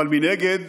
אבל מנגד,